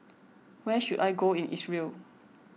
where should I go in Israel